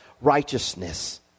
righteousness